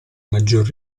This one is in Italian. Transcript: maggior